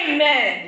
Amen